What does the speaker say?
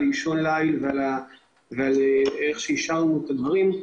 של החלטה באישון לילה והאופן שאישרנו את הדברים,